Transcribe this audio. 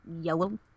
yellow